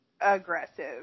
aggressive